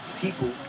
people